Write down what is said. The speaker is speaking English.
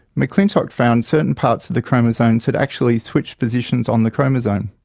mcclintock found certain parts of the chromosomes had actually switched positions on the chromosome.